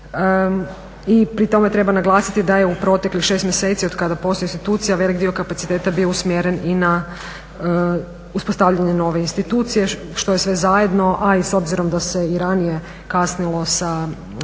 I pri tome treba naglasiti da je u proteklih 6 mjeseci otkada postoji institucija velik dio kapaciteta bio usmjeren i na uspostavljanje nove institucije, što je sve zajedno a i s obzirom da se i ranije kasnilo sa